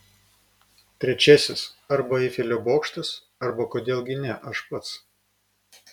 trečiasis arba eifelio bokštas arba kodėl gi ne aš pats